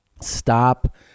Stop